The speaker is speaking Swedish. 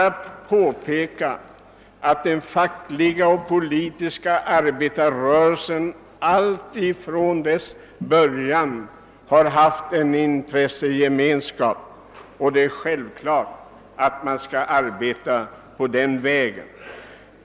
Den fackliga och den politiska arbetarrörelsen har alltifrån sin början haft en intressegemenskap, och det är självklart att de skall fortsätta att arbeta efter de linjerna.